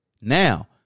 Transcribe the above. Now